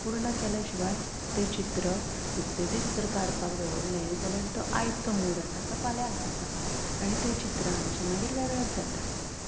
पूर्ण केल्या शिवाय तें चित्र दुसरे दीस जर काडपाक दवरलें जाल्यार तो आयचो मूड आसा तो फाल्यां आसना आनी तें चित्र आमचें मागीर वेगळेंच जाता